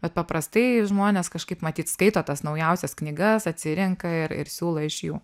bet paprastai žmonės kažkaip matyt skaito tas naujausias knygas atsirenka ir ir siūlo iš jų